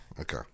okay